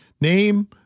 name